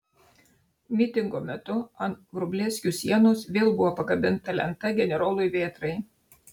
mitingo metu ant vrublevskių sienos vėl buvo pakabinta lenta generolui vėtrai